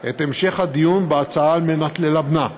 את המשך הדיון בהצעה, על מנת ללבנה.